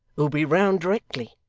who'll be round directly